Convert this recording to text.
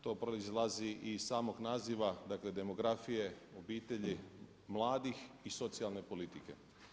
To proizlazi i iz samog naziva, dakle demografije, obitelji, mladih i socijalne politike.